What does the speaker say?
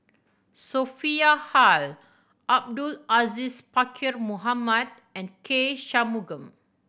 Sophia Hull Abdul Aziz Pakkeer Mohamed and K Shanmugam